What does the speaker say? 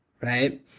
right